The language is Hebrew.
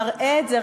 מראה את זה,